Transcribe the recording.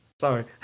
Sorry